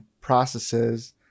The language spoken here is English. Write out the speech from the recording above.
processes